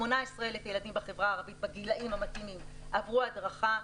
18,000 ילדים בחברה הערבית בגילאים המתאימים עברו הדרכה,